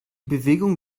bewegung